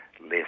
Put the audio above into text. less